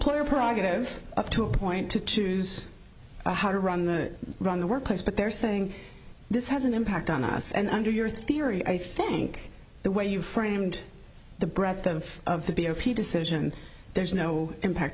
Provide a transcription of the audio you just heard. employer prerogative up to a point to choose how to run the run the workplace but they're saying this has an impact on us and under your theory i think the way you framed the breadth of of the b o p decision there's no impact